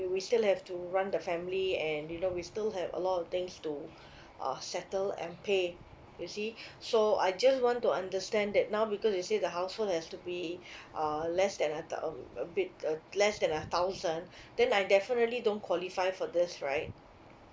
we we still have to run the family and you know we still have a lot of things to uh settle and pay you see so I just want to understand that now because you see the household has to be uh less than a thou~ mm a bit uh less than a thousand then I definitely don't qualify for this right